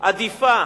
עדיפה